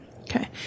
Okay